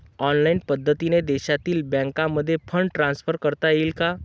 Online पद्धतीने देशातील बँकांमध्ये फंड ट्रान्सफर करता येईल का?